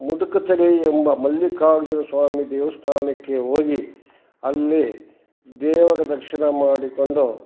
ಮುಡುಕುತೊರೆ ಎಂಬ ಮಲ್ಲಿಕಾರ್ಜುನ ಸ್ವಾಮಿ ದೇವಸ್ಥಾನಕ್ಕೆ ಹೋಗಿ ಅಲ್ಲಿ ದೇವರ ದರ್ಶನ ಮಾಡಿಕೊಂಡು